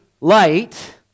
light